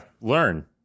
learn